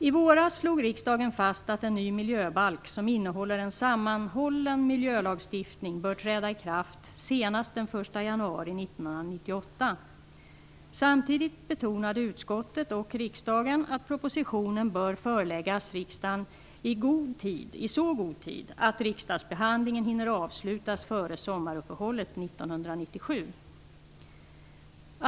I våras slog riksdagen fast att en ny miljöbalk som innehåller en sammanhållen miljölagstiftning bör träda i kraft senast den 1 januari 1998. Samtidigt betonade utskottet och riksdagen att propositionen bör föreläggas riksdagen i så god tid att riksdagsbehandlingen hinner avslutas före sommaruppehållet 1997.